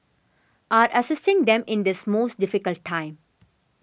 are assisting them in this most difficult time